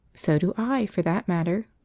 so do i, for that matter!